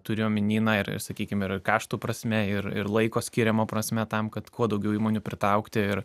turiu omeny na ir sakykim ir kaštų prasme ir ir laiko skiriamo prasme tam kad kuo daugiau įmonių pritraukti ir